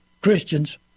Christians